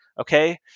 Okay